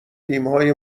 تیمهای